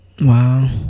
Wow